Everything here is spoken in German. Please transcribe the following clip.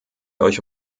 euch